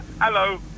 Hello